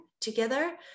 together